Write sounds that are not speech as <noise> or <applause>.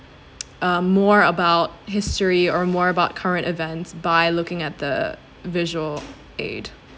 <noise> uh more about history or more about current events by looking at the visual aid